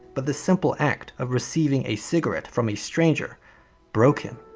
but the simple act of receiving a cigarette from a stranger broke him.